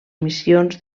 missions